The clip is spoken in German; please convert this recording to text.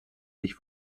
sich